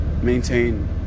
maintain